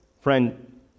friend